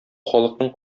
халыкның